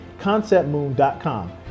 conceptmoon.com